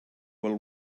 will